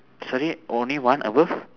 sorry only one above